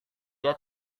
dia